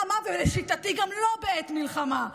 ולשיטתי גם לא בעת מלחמה,